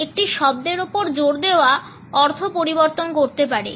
একটি নির্দিষ্ট শব্দের উপর জর দেওয়া অর্থ পরিবর্তন করতে পারে